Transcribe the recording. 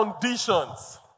conditions